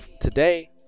today